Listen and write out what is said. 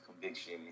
conviction